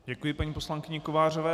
Děkuji paní poslankyni Kovářové.